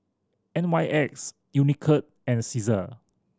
N Y X Unicurd and Cesar